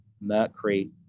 mercury